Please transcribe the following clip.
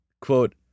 quote